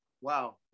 wow